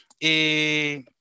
et